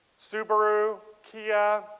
subaru. kia.